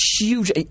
huge